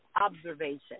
Observation